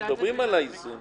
אנחנו מדברים על האיזון.